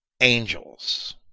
Angels